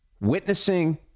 witnessing